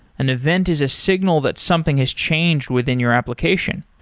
an event is a signal that something has changed within your application.